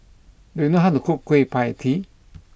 do you know how to cook Kueh Pie Tee